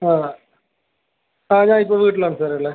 ആ ആ ഞാനിപ്പോൾ വീട്ടിലാണ് സാറെ ഉള്ളത്